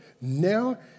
now